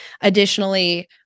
Additionally